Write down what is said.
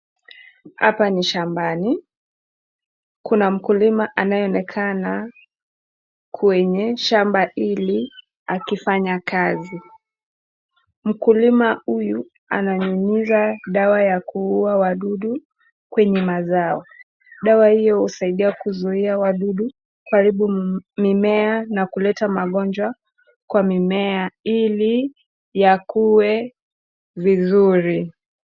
Hapa ni shambani, kuna mkulima anayeonekana kwenye shamba hili akifanya kazi. Mkulima huyu ananyunyiza dawa ya kuua wadudu kwenye mazao, dawa hiyo husaidia kwenye kuzuia wadudu, kuharibu mimea na kuleta magonjwa kwa mimea ili yakie vizuri.